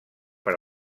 per